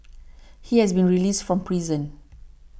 he has been released from prison